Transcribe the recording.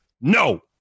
No